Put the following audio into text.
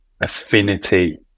affinity